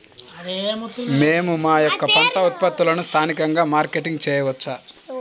మేము మా యొక్క పంట ఉత్పత్తులని స్థానికంగా మార్కెటింగ్ చేయవచ్చా?